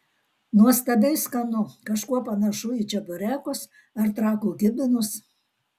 nuostabiai skanu kažkuo panašu į čeburekus ar trakų kibinus